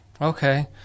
Okay